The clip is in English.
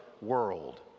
world